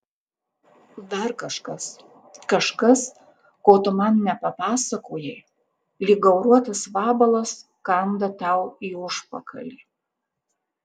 dar kažkas kažkas ko tu man nepapasakojai lyg gauruotas vabalas kanda tau į užpakalį